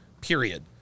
period